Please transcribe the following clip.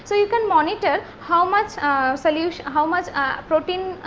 so you can monitor how much solution how much protein,